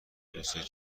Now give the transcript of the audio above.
روستایی